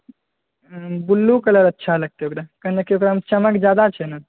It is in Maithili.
ब्लू कलर अच्छा लगतै ओकरा कियाकि ओकरामे चमक ज्यादा छै ने